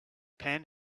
pan